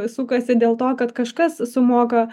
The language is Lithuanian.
sukasi dėl to kad kažkas sumoka